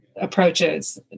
approaches